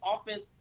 offense